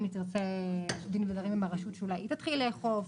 אם היא תרצה לפתוח בדין ודברים עם הרשות שאולי היא תתחיל לאכוף.